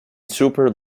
super